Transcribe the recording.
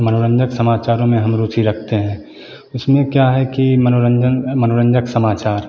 मनोरंजन समाचारों में हम रुचि रखते हैं उसमें क्या है कि मनोरंजन मनोरंजक समाचार